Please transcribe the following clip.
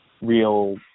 real